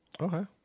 Okay